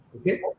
Okay